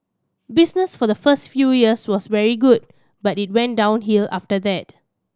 business for the first few years was very good but it went downhill after that